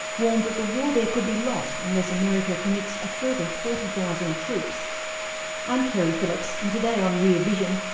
warned that the war there could be lost unless america commits a further forty thousand troops i'm keri phillips and today on rear vision,